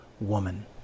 woman